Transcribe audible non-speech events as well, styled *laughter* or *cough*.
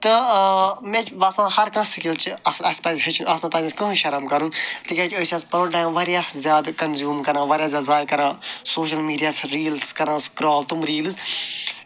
تہٕ مےٚ چھِ باسان ہَر کانٛہہ سِکِل چھِ اَصٕل اَسہِ پَزِ ہیٚچھُن اَتھ منٛز پَزنہٕ اَسہِ کٕہیٖنۍ شرَم کَرُن تِکیٛازِ أسۍ *unintelligible* پَنُن ٹایم واریاہ زیادٕ کَنزیوٗم کران واریاہ زیادٕ ضایع کران سوشَل میٖڈیاہَس *unintelligible* ریٖلٕز کران سٕکرال تِم ریٖلٕز